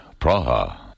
Praha